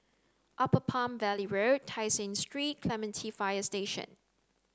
upper Palm Valley Road Tai Seng Street and Clementi Fire Station